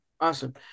Awesome